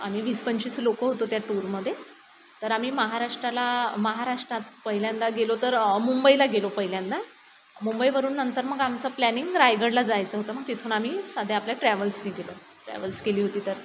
आम्ही वीस पंचवीस लोकं होतो त्या टूरमध्ये तर आम्ही महाराष्ट्राला महाराष्ट्रात पहिल्यांदा गेलो तर मुंबईला गेलो पहिल्यांदा मुंबईवरून नंतर मग आमचं प्लॅनिंग रायगडला जायचं होतं मग तिथून आम्ही साध्या आपल्या ट्रॅवल्सनी गेलो ट्रॅवल्स केली होती तर